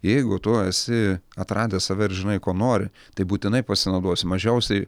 jeigu tu esi atradęs save ir žinai ko nori tai būtinai pasinaudosi mažiausiai